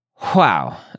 Wow